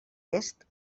est